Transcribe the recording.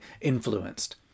influenced